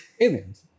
aliens